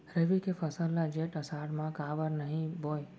रबि के फसल ल जेठ आषाढ़ म काबर नही बोए?